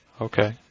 Okay